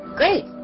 great